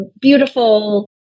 Beautiful